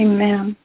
Amen